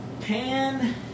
pan